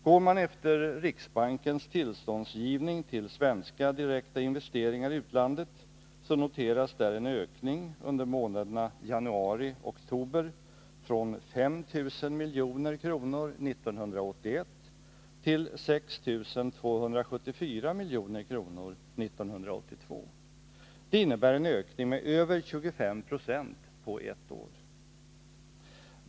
Går man efter riksbankens tillståndsgivning till svenska direkta investeringar i utlandet noteras där en ökning under månaderna januari-oktober från 5 000 milj.kr. 1981 till 6 274 milj.kr. 1982. Det innebär en ökning med över 25 90 på ett år.